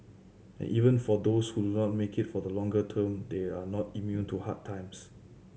and even for those who learn make it for the longer term they are not immune to hard times